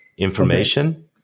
information